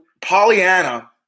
Pollyanna